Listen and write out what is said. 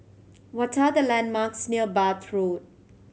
what are the landmarks near Bath Road